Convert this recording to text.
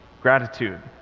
gratitude